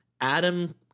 Adam